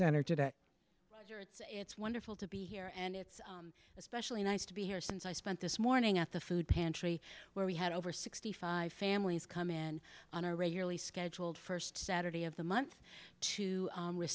center today it's wonderful to be here and it's especially nice to be here since i spent this morning at the food pantry where we had over sixty five families come in on our regularly scheduled first saturday of the month to